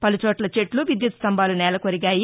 పలుచోట్ల చెట్లు విద్యుత్ స్లంభాలు నేలకొరిగాయి